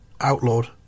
outlawed